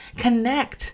connect